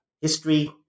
history